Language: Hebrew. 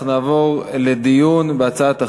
אנחנו נעבור לדיון בהצעת החוק.